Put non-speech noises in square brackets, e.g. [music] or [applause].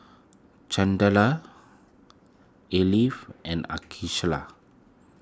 Chandler [unintelligible] and [unintelligible]